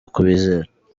kubizera